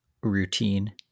routine